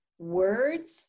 Words